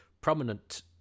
prominent